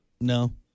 No